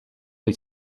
wyt